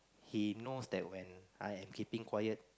he knows that when I'm keeping quiet